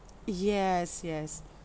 yes yes